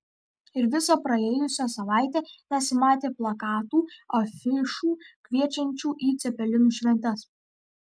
ir visą praėjusią savaitę nesimatė plakatų afišų kviečiančių į cepelinų šventes